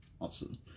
Awesome